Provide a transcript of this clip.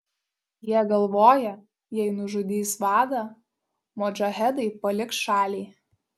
jie galvoja jei nužudys vadą modžahedai paliks šalį